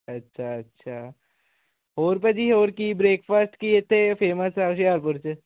ਅੱਛਾ ਅੱਛਾ ਹੋਰ ਭਾਅ ਜੀ ਹੋਰ ਕੀ ਬ੍ਰੇਕਫਾਸਟ ਕੀ ਇੱਥੇ ਫੇਮਸ ਆ ਹੁਸ਼ਿਆਰਪੁਰ 'ਚ